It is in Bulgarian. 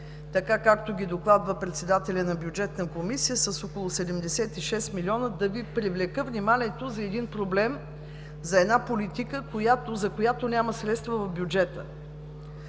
така, както ги докладва председателят на Бюджетна комисия, с около 76 милиона, да Ви привлека вниманието за един проблем, за една политика, за която няма средства в бюджета